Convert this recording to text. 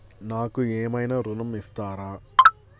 నాకు ఏమైనా ఋణం ఇస్తారా?